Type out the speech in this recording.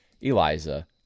Eliza